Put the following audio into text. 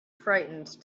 frightened